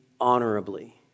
honorably